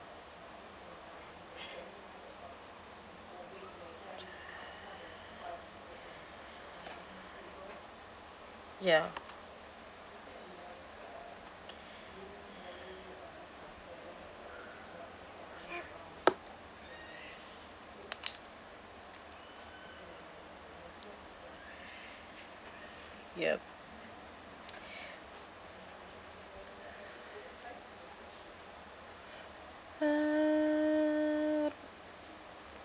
ya yup uh